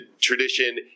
tradition